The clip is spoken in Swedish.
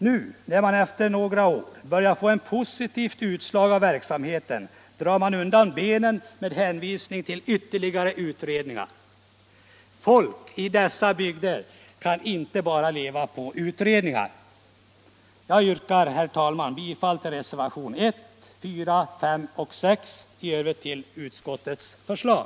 Nu, när man efter några år börjar få ett positivt utslag av verksamheten, drar man undan hela grunden för densamma med hänvisning till ytterligare utredningar. Men människorna i dessa bygder kan ju inte bara leva på utredningar! Herr talman! Jag yrkar bifall till reservationerna 1, 4, 5 och 6. I övrigt yrkar jag bifall till utskottets hemställan.